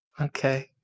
Okay